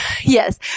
Yes